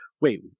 wait